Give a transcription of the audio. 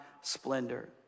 splendor